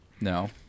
No